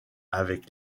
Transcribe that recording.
avec